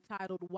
titled